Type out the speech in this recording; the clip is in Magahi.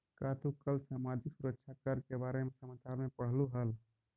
का तू कल सामाजिक सुरक्षा कर के बारे में समाचार में पढ़लू हल